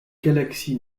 galaxy